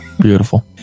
Beautiful